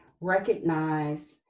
recognize